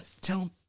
tell